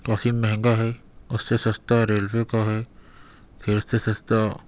کافی مہنگا ہے اس سے سستا ریلوے کا ہے پھر اس سے سستا